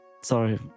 sorry